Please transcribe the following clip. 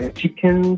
chicken